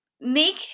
make